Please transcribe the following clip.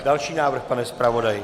Další návrh, pane zpravodaji.